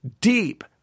deep